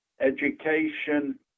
education